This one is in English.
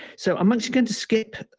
so i'm actually going to skip